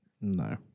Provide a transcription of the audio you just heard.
No